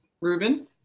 Ruben